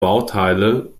bauteile